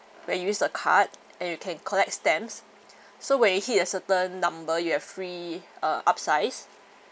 when you use the card and you can collect stamps so when it hit a certain number you have free uh upsize